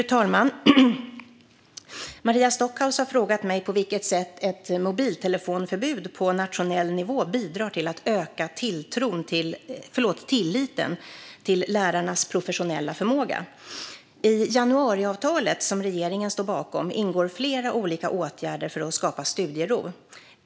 Fru talman! Maria Stockhaus har frågat mig på vilket sätt ett mobiltelefonförbud på nationell nivå bidrar till att öka tilliten till lärarnas professionella förmåga. I januariavtalet, som regeringen står bakom, ingår flera olika åtgärder för att skapa studiero.